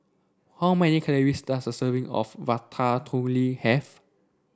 how many calories does a serving of Ratatouille have